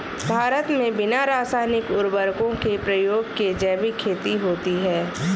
भारत मे बिना रासायनिक उर्वरको के प्रयोग के जैविक खेती होती है